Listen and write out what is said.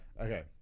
Okay